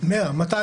100 אנשים,